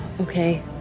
Okay